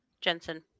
Jensen